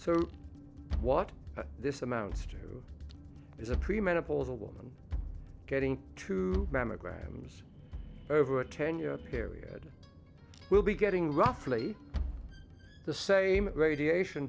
so what this amounts to is a pre menopausal woman getting to mammograms over a ten year period will be getting roughly the same radiation